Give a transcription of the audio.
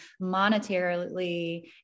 monetarily